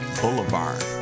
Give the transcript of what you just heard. Boulevard